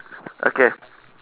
okay